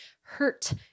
hurt